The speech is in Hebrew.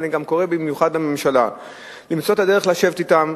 ואני קורא במיוחד לממשלה למצוא את הדרך לשבת אתם.